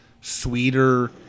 sweeter